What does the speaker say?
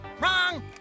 Wrong